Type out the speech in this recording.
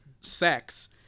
sex